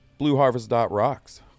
BlueHarvest.rocks